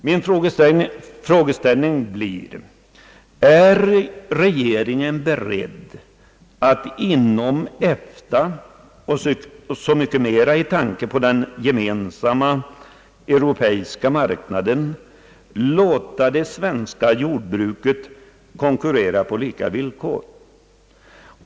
Min fråga blir: Är regeringen beredd att inom EFTA och framför allt med tanke på den gemensamma europeiska marknaden låta det svenska jordbruket konkurrera på lika villkor?